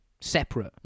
separate